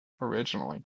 originally